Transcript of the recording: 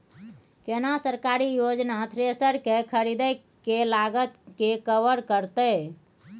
केना सरकारी योजना थ्रेसर के खरीदय के लागत के कवर करतय?